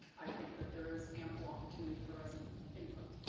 i think that there is ample opportunity for residents input.